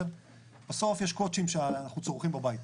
בסוף יש קוט"שים שאנחנו צורכים בבית.